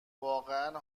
واقعا